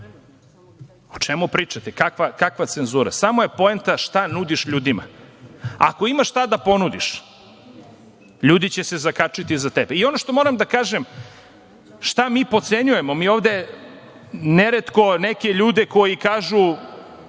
O čemu pričate, kakva cenzura? Samo je poenta šta nudiš ljudima. Ako imaš šta da ponudiš, ljudi će se zakačiti za tebe. I ono što moram da kažem, šta mi potcenjuju, mi ovde neretko neke ljudi koji kažu